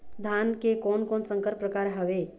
धान के कोन कोन संकर परकार हावे?